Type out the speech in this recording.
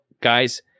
guys